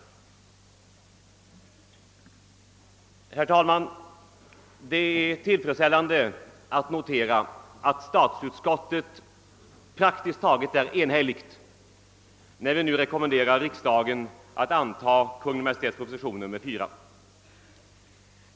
Herr talman! Det är tillfredsställande att notera att statsutskottet praktiskt taget är enigt när det nu rekommenderar riksdagen att anta Kungl. Maj:ts proposition nr 4.